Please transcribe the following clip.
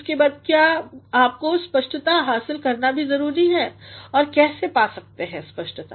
उसके बाद क्या आपको स्पष्टता हासिल करना भी जरुरी है और कैसे आप पा सकते हैं स्पष्टता